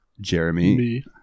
Jeremy